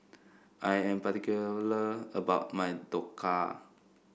I am particular about my Dhokla